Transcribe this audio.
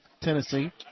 Tennessee